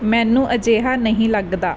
ਮੈਨੂੰ ਅਜਿਹਾ ਨਹੀਂ ਲੱਗਦਾ